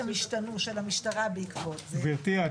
הם השתנו של המשטרה בעקבות זה --- גברתי,